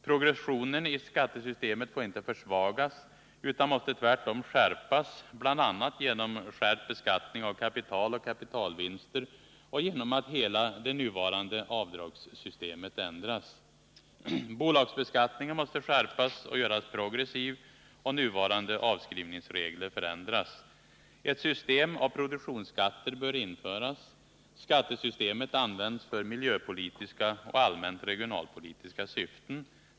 Progressionen i skattesystemet får inte försvagas utan måste tvärtom skärpas, bl.a. genom skärpt beskattning av kapital och kapitalvinster och genom att hela det nuvarande avdragssystemet ändras. Bolagsbeskattningen måste skärpas och göras progressiv och nuvarande avskrivningsregler förändras. Ett system av produktionsskatter bör införas. Skattesystemet bör användas för miljöpolitiska och allmänt regionalpolitiska syften.